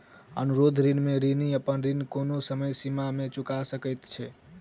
अनुरोध ऋण में ऋणी अपन ऋण कोनो समय सीमा में चूका सकैत छै